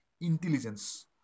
intelligence